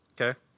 Okay